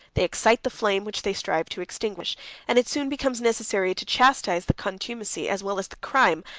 they excite the flame which they strive to extinguish and it soon becomes necessary to chastise the contumacy, as well as the crime,